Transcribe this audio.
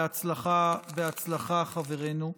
בהצלחה, בהצלחה, חברנו.